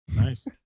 Nice